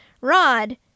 Rod